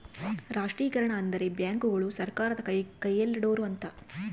ರಾಷ್ಟ್ರೀಕರಣ ಅಂದ್ರೆ ಬ್ಯಾಂಕುಗಳು ಸರ್ಕಾರದ ಕೈಯಲ್ಲಿರೋಡು ಅಂತ